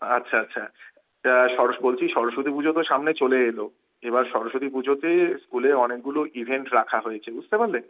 আচ্ছা আচ্ছা বলছি সরস্বতী পুজো তো সামনে চলে এল এবার সরস্বতী পুজোতে স্কুলের অনেকগুলো ইভেন্ট রাখা হয়েছে বুঝতে পারলেন